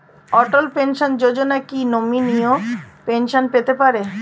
অটল pension Yojana কি নমনীয় pension পেতে পারে?